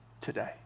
today